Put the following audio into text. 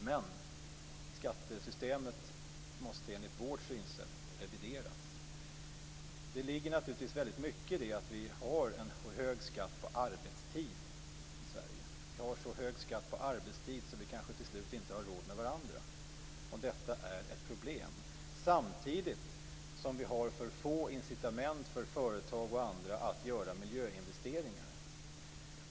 Men skattesystemet måste enligt vårt synsätt revideras. Det ligger naturligtvis väldigt mycket i det att vi har en hög skatt på arbetstid i Sverige. Vi har så hög skatt på arbetstid att vi kanske till slut inte har råd med varandra. Detta är ett problem samtidigt som vi har för få incitament för företag och andra att göra miljöinvesteringar.